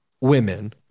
women